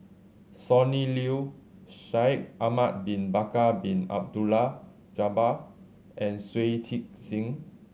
Sonny Liew Shaikh Ahmad Bin Bakar Bin Abdullah Jabbar and Shui Tit Sing